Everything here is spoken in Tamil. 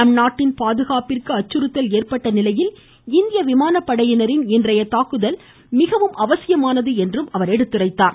நம் நாட்டின் பாதுகாப்பிற்கு அச்சுறுத்தல் ஏற்பட்ட நிலையில் இந்திய விமானப்படையினரின் இன்றைய தாக்குதல் மிகவும் அவசியமானது என்றும் அவர் எடுத்துரைத்தார்